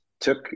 took